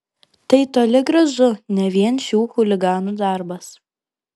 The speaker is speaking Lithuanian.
tai toli gražu ne vien šių chuliganų darbas